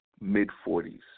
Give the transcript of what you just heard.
mid-40s